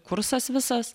kursas visas